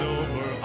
over